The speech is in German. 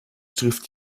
trifft